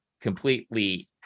completely